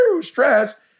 stress